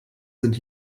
sind